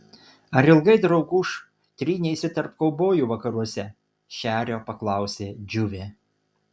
ar ilgai drauguž tryneisi tarp kaubojų vakaruose šerio paklausė džiuvė